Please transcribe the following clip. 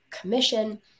commission